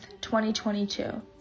2022